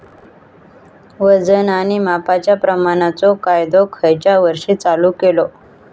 वजन आणि मापांच्या प्रमाणाचो कायदो खयच्या वर्षी चालू केलो?